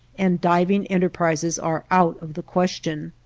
and diving enterprises are out of the question.